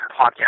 podcast